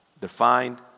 defined